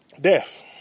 Death